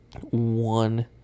one